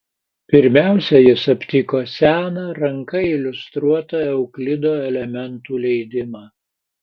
pirmiausia jis aptiko seną ranka iliustruotą euklido elementų leidimą